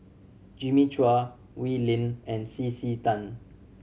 Jimmy Chua Wee Lin and C C Tan